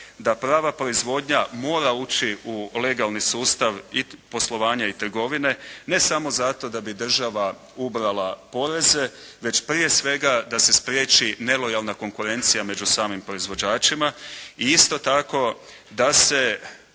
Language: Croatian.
da prava proizvodnja mora ući u legalni sustav poslovanja i trgovine, ne samo zato da bi država ubrala poreze, već prije svega da se spriječi nelojalna konkurencija među samim proizvođačima i isto tako da se